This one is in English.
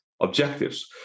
objectives